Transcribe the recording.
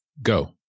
Go